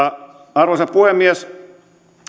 arvoisa puhemies